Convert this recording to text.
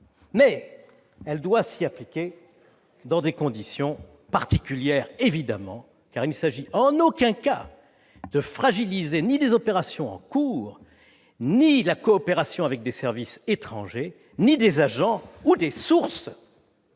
évidemment s'y appliquer dans des conditions particulières, car il ne s'agit en aucun cas de fragiliser ni des opérations en cours, ni la coopération avec des services étrangers, ni des agents ou des sources